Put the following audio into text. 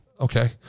okay